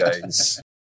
guys